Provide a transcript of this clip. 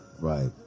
right